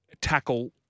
tackle